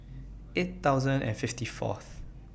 eight thousand and fifty Fourth